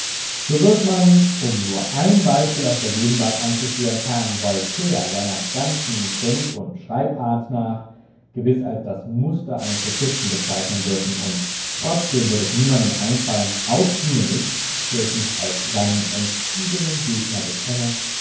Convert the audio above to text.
so wird man um nur ein beispiel aus der gegenwart anzuführen herrn voltaire seiner ganzen denk und schreibart nach gewiß als das muster eines sophisten bezeichnen dürfen und trotzdem wird es niemandem einfallen auch mir nicht der ich mich als seinen entschiedenen gegner bekenne